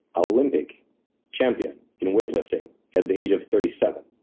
ah olympic champion in weightlifting at the age of thirty seven.